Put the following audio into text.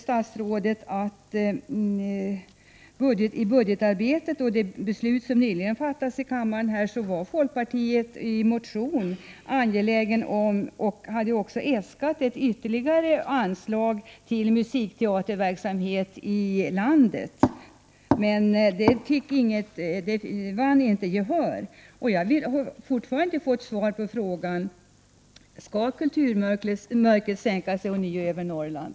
När det gäller budgetarbetet och det beslut som riksdagen nyligen fattade hade folkpartiet i en motion äskat ytterligare anslag till musikteaterverksamhet i landet. Men det vann inte gehör. Jag har ännu inte fått svar på frågan: Skall kulturmörkret ånyo sänka sig över Norrland?